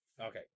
Okay